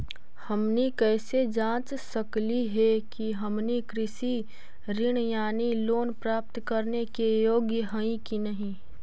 हमनी कैसे जांच सकली हे कि हमनी कृषि ऋण यानी लोन प्राप्त करने के योग्य हई कि नहीं?